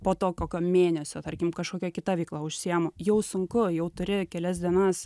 po to kokio mėnesio tarkim kažkokia kita veikla užsiimu jau sunku jau turi kelias dienas